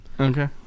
Okay